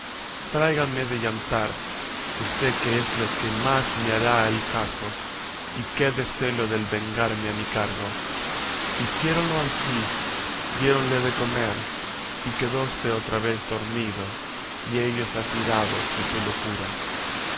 tráiganme de yantar que sé que es lo que más me hará al caso y quédese lo del vengarme a mi cargo hiciéronlo ansí diéronle de comer y quedóse otra vez dormido y ellos admirados de su locura